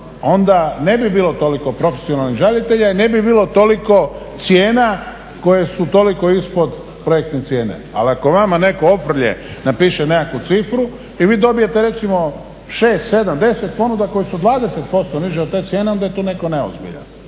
onda ne bi bilo toliko profesionalnih žalitelja i ne bi bilo toliko cijena koje su toliko ispod projektne cijene. Ali ako vama netko ofrlje napiše nekakvu cifru i vi dobijete recimo šest, sedam, deset ponuda koje su 20% niže od te cijene onda je tu netko neozbiljan.